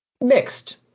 Mixed